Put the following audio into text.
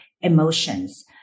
emotions